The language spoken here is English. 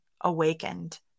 awakened